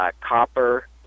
copper